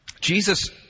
Jesus